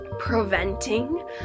preventing